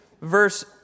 verse